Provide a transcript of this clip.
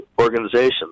organizations